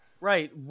Right